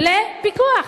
לפיקוח.